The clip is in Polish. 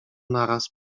naraz